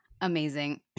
Amazing